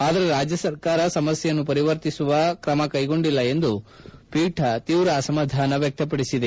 ಆದರೆ ರಾಜ್ನ ಸರ್ಕಾರ ಸಮಸ್ನೆಯನ್ನು ಪರಿವರ್ತಿಸುವ ಕ್ರಮ ಕೈಗೊಂಡಿಲ್ಲ ಎಂದು ಅಸಮಾಧಾನ ವ್ಯಕ್ತಪಡಿಸಿದೆ